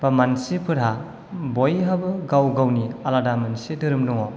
बा मानसिफोरहा बयहाबो गाव गावनि आलादा मोनसे धाेराेम दङ